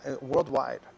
worldwide